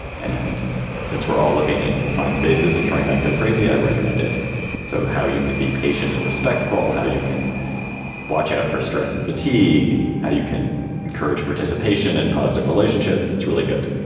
and since we're all living in confined spaces and trying not go crazy, i recommend it to how you can be patient and respectful, how you can watch out for stress and fatigue, how you can encourage participation in positive relationships. that's really good.